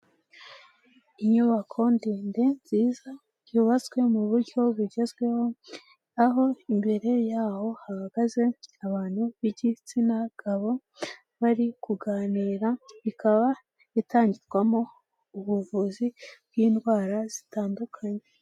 Inyubako ndende nziza yubatswe mu buryo bugezweho, aho imbere yaho hahagaze abantu b'igitsina gabo bari kuganira, ikaba itangirwamo ubuvuzi bw'indwara zitandukanye.